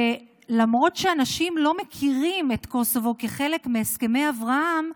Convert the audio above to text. ולמרות שאנשים לא מכירים את קוסובו כחלק מהסכמי אברהם,